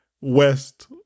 West